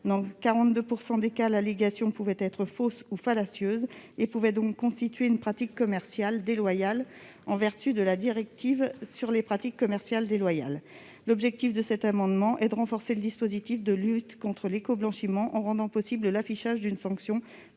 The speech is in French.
dans 42 % des cas, l'allégation pouvait être fausse ou fallacieuse et constituer de ce fait une pratique commerciale déloyale en vertu de la directive sur les pratiques commerciales déloyales. L'objectif de cet amendement est de renforcer le dispositif de lutte contre l'écoblanchiment, en rendant possible l'affichage d'une sanction